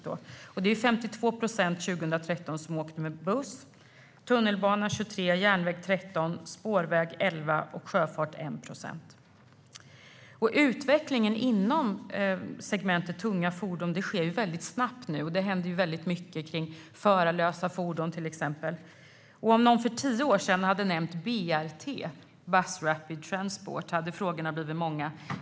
Men 2013 åkte 52 procent med buss, 23 med tunnelbana, 13 med järnväg, 11 med spårväg och 1 procent med sjöfart. Utvecklingen inom segmentet tunga fordon sker väldigt snabbt nu. Det händer till exempel väldigt mycket kring förarlösa fordon. Om någon för tio år sedan hade nämnt BRT, bus rapid transit, hade frågorna blivit många.